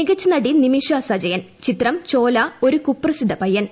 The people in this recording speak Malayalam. മികച്ചു നടി നിമിഷ സജയൻ ചിത്രം ചോല ഒരു കുപ്രസിദ്ധ പയ്യൻ